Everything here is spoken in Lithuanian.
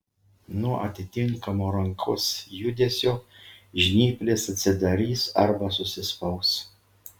nuo atitinkamo rankos judesio žnyplės atsidarys arba susispaus